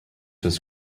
was